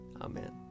Amen